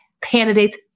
candidates